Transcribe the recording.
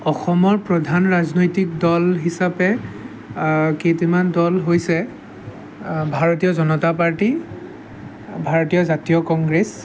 অসমত প্ৰধান ৰাজনৈতিক দল হিচাপে কেইটামান দল হৈছে ভাৰতীয় জনতা পাৰ্টী ভাৰতীয় জাতীয় কংগ্ৰেছ